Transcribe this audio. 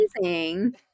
amazing